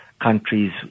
countries